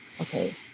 okay